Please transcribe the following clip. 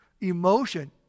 emotion